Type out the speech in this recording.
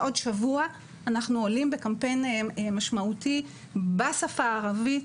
בעוד שבוע אנחנו עולים בקמפיין משמעותי בשפה הערבית,